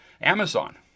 Amazon